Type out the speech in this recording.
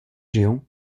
géant